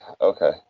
Okay